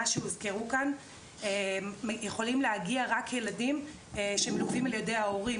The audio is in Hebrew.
שהוזכרו כאן יכולים להגיע רק ילדים שמלווים על ידי ההורים,